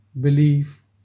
belief